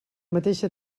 mateixa